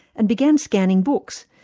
and began scanning books,